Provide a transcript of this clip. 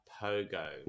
Pogo